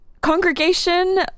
congregation